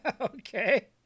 Okay